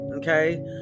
okay